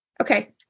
Okay